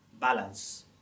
balance